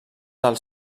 del